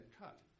cut